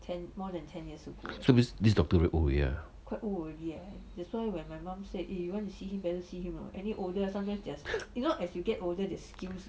so this doctor very old already ah